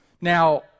Now